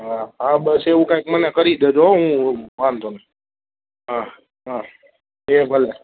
હાં હબસ એવું કાઈક મને કરી દેજો હઁ હૂઁ વાંધો નઇ હાં હાં એ ભલે